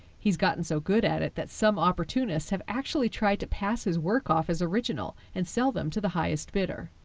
he's gotten so good at it that some opportunists have actually tried to pass his work off as original and sell them to the highest bidder.